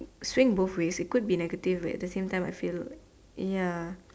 swing both ways it could be negative but at the same time I feel like ya